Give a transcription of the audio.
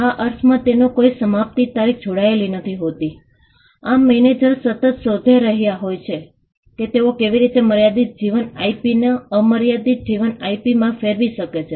આ અર્થમાં તેમાં કોઈ સમાપ્તિ તારીખ જોડાયેલ નથી હોતી આમ મેનેજર્સ સતત શોધી રહ્યા હોય છે કે તેઓ કેવી રીતે મર્યાદિત જીવન આઈપીને અમર્યાદિત જીવન આઈપીમાં ફેરવી શકે છે